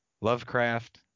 Lovecraft